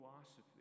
philosophy